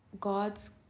God's